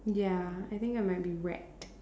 ya I think I might be wrecked